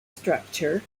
structure